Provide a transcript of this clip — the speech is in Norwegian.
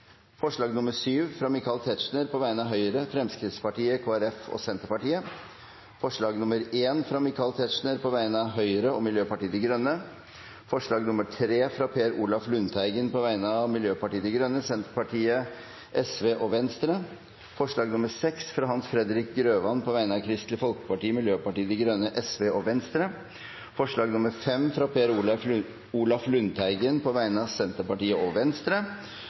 forslag nr. 7, fra Michael Tetzschner på vegne av Høyre, Fremskrittspartiet, Kristelig Folkeparti og Senterpartiet forslag nr. 1, fra Michael Tetzschner på vegne av Høyre og Miljøpartiet De Grønne forslag nr. 3, fra Per Olaf Lundteigen på vegne av Senterpartiet, Venstre, Sosialistisk Venstreparti og Miljøpartiet De Grønne forslag nr. 6, fra Hans Fredrik Grøvan på vegne av Kristelig Folkeparti, Venstre, Sosialistisk Venstreparti og Miljøpartiet De Grønne forslag nr. 5, fra Per Olaf Lundteigen på vegne av Senterpartiet og Venstre